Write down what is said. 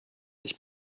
ich